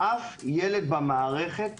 אף ילד שלומד כרגע במערכת